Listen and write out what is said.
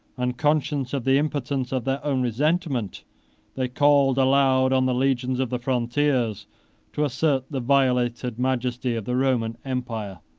and, conscious of the impotence of their own resentment they called aloud on the legions of the frontiers to assert the violated majesty of the roman empire.